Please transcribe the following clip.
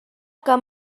que